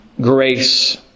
grace